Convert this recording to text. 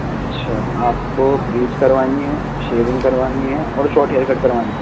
اچھا آپ کو بلیچ کروانی ہے شیونگ کروانی ہے اور شاٹ ہیئر کٹ کروانا ہے